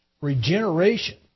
regeneration